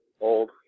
Old